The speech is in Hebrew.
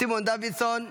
סימון דוידסון,